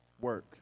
work